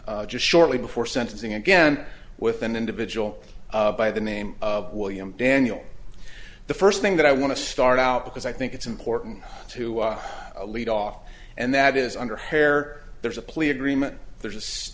replaced just shortly before sentencing again with an individual by the name of william daniel the first thing that i want to start out because i think it's important to lead off and that is under hair there's a plea agreement there's